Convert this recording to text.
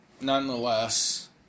nonetheless